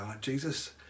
Jesus